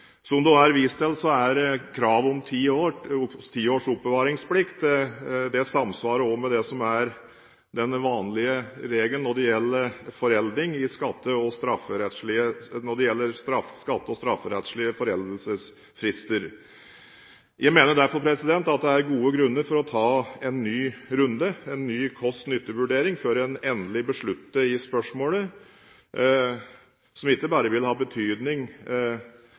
det også er vist til, er det krav om ti års oppbevaringsplikt. Det samsvarer også med det som er den vanlige regelen når det gjelder skatte- og strafferettslige foreldelsesfrister. Jeg mener derfor at det er gode grunner for å ta en ny runde, en ny kost–nytte-vurdering, før en endelig beslutter i spørsmålet. Det vil ikke bare ha betydning